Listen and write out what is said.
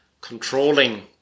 controlling